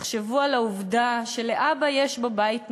תחשבו על העובדה שלאבא יש בבית נשק.